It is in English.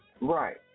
Right